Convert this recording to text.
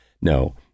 No